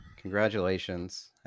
Congratulations